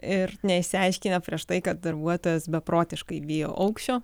ir neišsiaiškinę prieš tai kad darbuotojas beprotiškai bijo aukščio